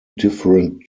different